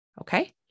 Okay